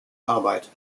arbeit